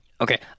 Okay